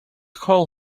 call